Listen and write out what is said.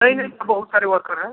नहीं नहीं यहाँ बहुत सारे वर्कर हैं